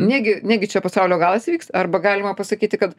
negi negi čia pasaulio galas įvyks arba galima pasakyti kad